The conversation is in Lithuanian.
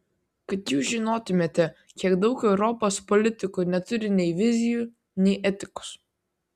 kad jūs žinotumėte kiek daug europos politikų neturi nei vizijų nei etikos